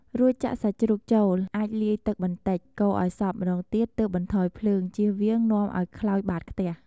រួចចាក់សាច់ជ្រូកចូល អាចលាយទឹកបន្តិច កូរឱ្យសព្វម្ដងទៀត ទើបបន្ថយភ្លើង ជៀសវាងនាំឱ្យខ្លោចបាតខ្ទះ។